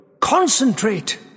Concentrate